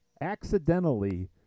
accidentally